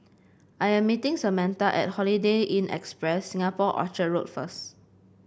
I am meeting Samatha at Holiday Inn Express Singapore Orchard Road first